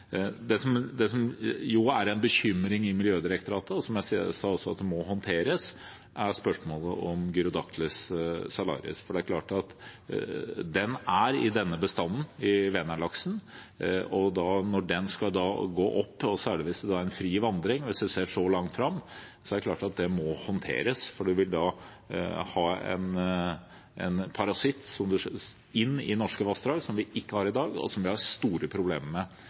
Det som er en bekymring i Miljødirektoratet, og som jeg sa også må håndteres, er spørsmålet om Gyrodactylus salaris, for den er i denne bestanden, i Vänern-laksen, og når den skal gå opp i elva, og særlig da om det er fri vandring, hvis vi ser så langt fram, er det klart at det må håndteres. For man vil da få en parasitt inn i norske vassdrag som vi ikke har i dag, og som vi har store problemer med